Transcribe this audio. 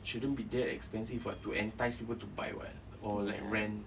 shouldn't be that expensive [what] to entice people to buy [what] or like rent